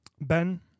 Ben